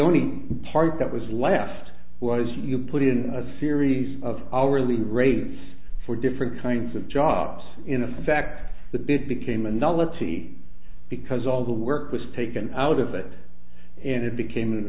only part that was left was you put in a series of hourly rates for different kinds of jobs in a fact the bid became a nullity because all the work was taken out of it and it became an